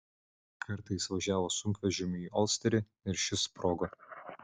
kartą jis važiavo sunkvežimiu į olsterį ir šis sprogo